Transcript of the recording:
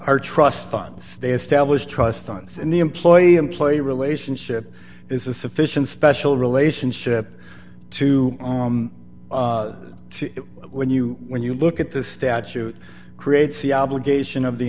are trust funds they establish trust funds and the employee employer relationship is a sufficient special relationship to when you when you look at the statute creates the obligation of the